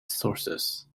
sources